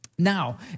Now